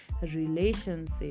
relationship